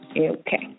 Okay